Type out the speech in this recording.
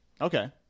Okay